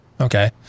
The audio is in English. okay